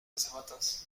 azafatas